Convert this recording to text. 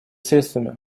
средствами